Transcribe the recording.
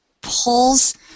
pulls